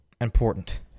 important